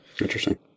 Interesting